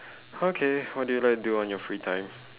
okay what do you like to do on your free time